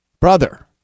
brother